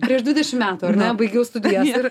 prieš dvidešimt metų ar ne baigiau studijas ir